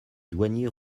douanier